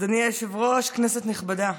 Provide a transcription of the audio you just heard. אדוני היושב-ראש, כנסת נכבדה,